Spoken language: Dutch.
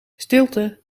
stilte